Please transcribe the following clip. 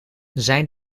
zijn